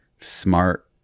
smart